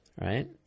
right